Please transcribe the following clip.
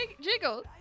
jiggle